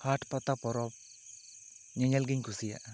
ᱦᱟᱴ ᱯᱟᱛᱟ ᱯᱚᱨᱚᱵᱽ ᱧᱮᱧᱮᱞ ᱜᱮᱧ ᱠᱩᱥᱤᱭᱟᱜᱼᱟ